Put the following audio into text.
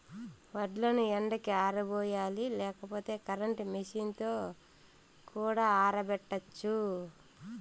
వడ్లను ఎండకి ఆరబోయాలి లేకపోతే కరెంట్ మెషీన్ తో కూడా ఆరబెట్టచ్చు